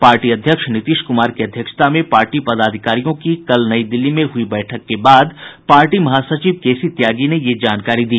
party अध्यक्ष नीतीश कुमार की अध्यक्षता में पार्टी पदाधिकारियों की कल नई दिल्ली में हुई बैठक के बाद पार्टी महासचिव केसी त्यागी ने यह जानकारी दी